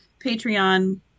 Patreon